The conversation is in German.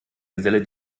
geselle